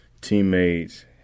teammates